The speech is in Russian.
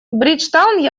бриджтаун